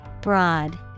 Broad